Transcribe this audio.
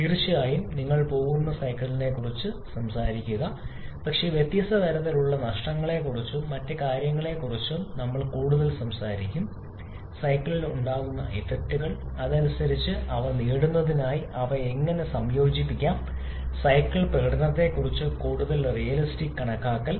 തീർച്ചയായും നിങ്ങൾ പോകുന്നു സൈക്കിളുകളെക്കുറിച്ച് സംസാരിക്കുക പക്ഷേ വ്യത്യസ്ത തരത്തിലുള്ള നഷ്ടങ്ങളെക്കുറിച്ചും മറ്റ് കാര്യങ്ങളെക്കുറിച്ചും നമ്മൾ കൂടുതൽ സംസാരിക്കും സൈക്കിളിൽ ഉണ്ടാകാവുന്ന ഇഫക്റ്റുകൾ അതനുസരിച്ച് അവ നേടുന്നതിനായി അവ എങ്ങനെ സംയോജിപ്പിക്കാം സൈക്കിൾ പ്രകടനത്തെക്കുറിച്ച് കൂടുതൽ റിയലിസ്റ്റിക് കണക്കാക്കൽ